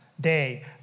day